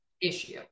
issue